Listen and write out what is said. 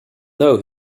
though